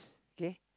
K